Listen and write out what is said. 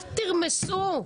אל תרמסו.